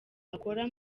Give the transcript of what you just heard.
akora